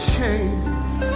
Change